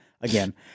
again